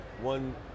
one